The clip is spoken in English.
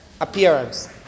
appearance